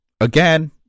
again